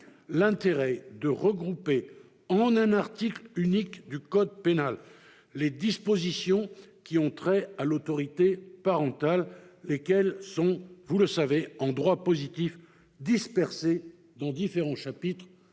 l'intérêt de regrouper en un article unique du code pénal les dispositions qui ont trait à l'autorité parentale, lesquelles sont en droit positif dispersées dans différents chapitres